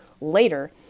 later